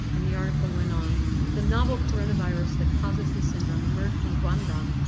and the article went on the novel coronavirus that causes the syndrome emerged from guangdong,